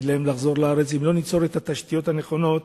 להם לחזור לארץ אם לא ניצור את התשתיות הנכונות